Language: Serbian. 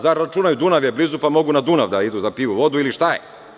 Zar računaju Dunav je blizu, pa mogu na Dunav da piju vodu ili šta je?